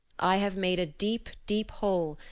i have made a deep, deep hole.